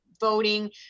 voting